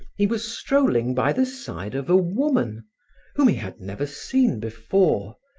he was strolling by the side of a woman whom he had never seen before.